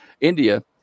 india